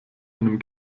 einem